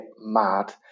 mad